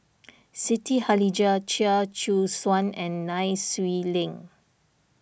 Siti Khalijah Chia Choo Suan and Nai Swee Leng